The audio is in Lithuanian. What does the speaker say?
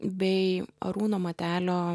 bei arūno matelio